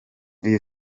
iyo